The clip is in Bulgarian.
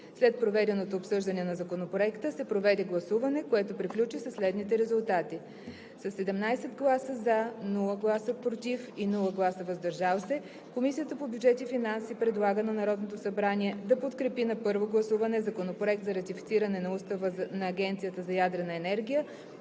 След проведеното обсъждане на Законопроекта се проведе гласуване, което приключи при следните резултати: със 17 гласа „за“, без „против“ и „въздържал се“, Комисията по бюджет и финанси предлага на Народното събрание да подкрепи на първо гласуване Законопроект за ратифициране на Устава на Агенцията за ядрена енергия